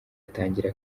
atangira